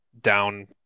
down